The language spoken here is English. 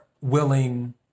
willing